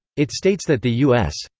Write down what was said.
it states that the u s.